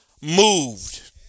moved